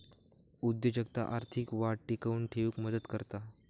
उद्योजकता आर्थिक वाढ टिकवून ठेउक मदत करता